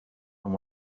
and